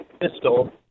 pistol